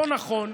לא נכון.